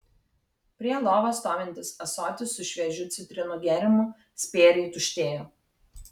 prie lovos stovintis ąsotis su šviežiu citrinų gėrimu spėriai tuštėjo